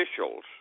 officials